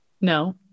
No